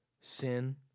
sin